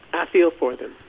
i feel for them